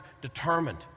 determined